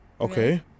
Okay